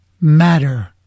matter